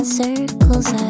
circles